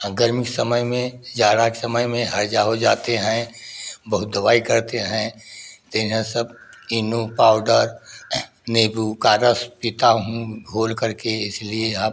हाँ गर्मी के समय में जाड़ा के समय में हैजा हो जाते हैं बहुत दवाई करते हैं तो ये सब ईनो पाउडर नीबू का रस पीता हूँ घोल कर के इसलिए अब